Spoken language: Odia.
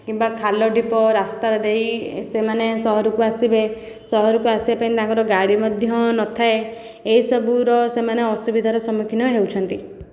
କିମ୍ବା ଖାଲ ଢିପ ରାସ୍ତା ଦେଇ ସେମାନେ ସହରକୁ ଆସିବେ ସହରକୁ ଆସିବା ପାଇଁ ତାଙ୍କର ଗାଡ଼ି ମଧ୍ୟ ନଥାଏ ଏସବୁର ସେମାନେ ଅସୁବିଧାର ସମ୍ମୁଖୀନ ହେଉଛନ୍ତି